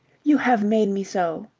you have made me so.